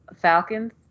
Falcons